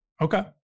Okay